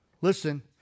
Listen